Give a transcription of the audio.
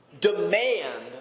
demand